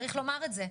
צריך לומר את זה,